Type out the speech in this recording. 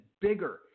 bigger